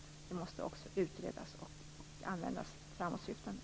Incidenter måste också utredas och användas framåtsyftande.